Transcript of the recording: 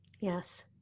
Yes